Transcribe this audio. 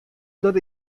dat